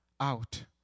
out